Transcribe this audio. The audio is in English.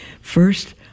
First